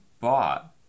bought